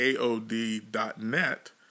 AOD.net